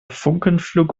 funkenflug